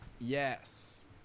Yes